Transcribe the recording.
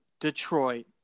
Detroit